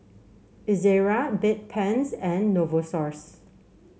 Ezerra Bedpans and Novosource